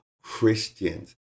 Christians